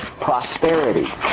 prosperity